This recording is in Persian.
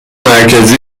مرکزی